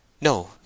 No